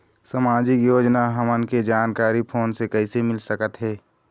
सामाजिक योजना हमन के जानकारी फोन से कइसे मिल सकत हे?